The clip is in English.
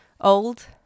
old